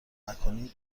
نکنی